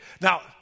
now